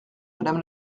madame